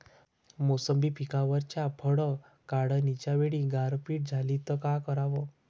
मोसंबी पिकावरच्या फळं काढनीच्या वेळी गारपीट झाली त काय कराव?